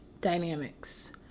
dynamics